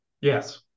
Yes